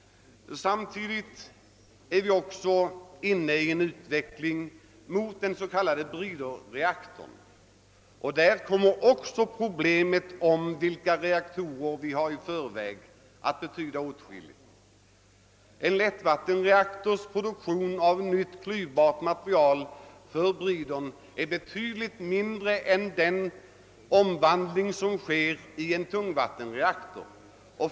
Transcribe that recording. Samtidigt är vi inne på en utveckling av den s.k. Breeder-reaktorn och i detta sammanhang kommer också de reaktorer vi tidigare har att betyda åtskilligt. En lättvattenreaktors produktion av nytt klyvbart material för Breedern är betydligt mindre än den omvandling som sker i en tungvattenreaktor.